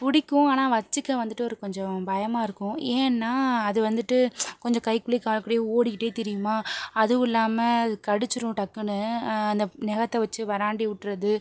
பிடிக்கும் ஆனால் வச்சிக்க வந்துட்டு ஒரு கொஞ்சம் பயமாக இருக்கும் ஏன்னால் அது வந்துட்டு கொஞ்சம் கைகுள்ளேயோ கால்குள்ளேயோ ஓடிக்கிட்டே திரியுமா அதுவும் இல்லாமல் அது கடிச்சிடும் டக்குனு அந்த நகத்த வச்சு வராண்டி விட்டிடுது